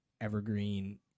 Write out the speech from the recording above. Evergreen